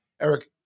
Eric